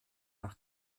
nach